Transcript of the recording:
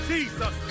Jesus